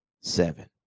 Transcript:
seven